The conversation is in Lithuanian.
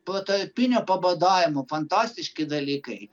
protarpinio pabadavimo fantastiški dalykai